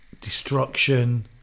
destruction